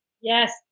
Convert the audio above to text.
Yes